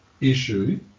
issue